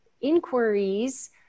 inquiries